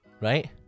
right